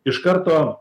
iš karto